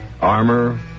armor